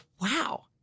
wow